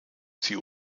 sie